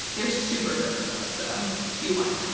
they're super gross though so be warned.